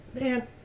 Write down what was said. man